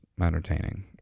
entertaining